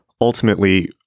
ultimately